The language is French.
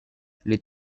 les